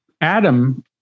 Adam